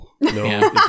No